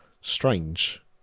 strange